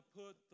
put